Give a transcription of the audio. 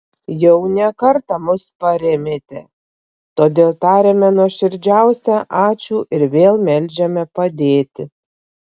jau ne kartą mus parėmėte todėl tariame nuoširdžiausią ačiū ir vėl meldžiame padėti